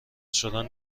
شدن